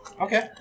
Okay